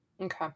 Okay